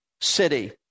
city